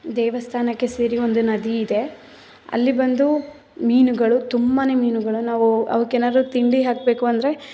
ದೇವಸ್ಥಾನಕ್ಕೆ ಸೇರಿ ಒಂದು ನದಿಯಿದೆ ಅಲ್ಲಿ ಬಂದು ಮೀನುಗಳು ತುಂಬ ಮೀನುಗಳು ನಾವು ಅವಕ್ಕೆ ಏನಾದ್ರು ತಿಂಡಿ ಹಾಕಬೇಕು ಅಂದರೆ